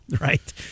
Right